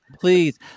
please